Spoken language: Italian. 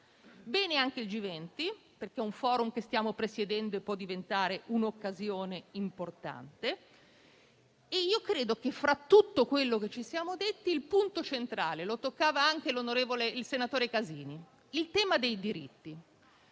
anche il G20, perché è un *forum* che stiamo presiedendo e che può diventare un'occasione importante. Credo che, fra tutto quello che ci siamo detti, il punto centrale l'ha toccato anche il senatore Casini: il tema dei diritti.